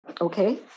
Okay